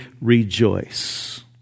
rejoice